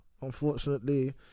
unfortunately